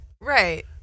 Right